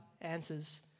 answers